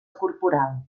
corporal